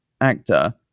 actor